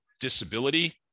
disability